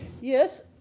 Yes